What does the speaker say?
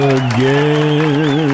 again